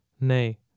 Nay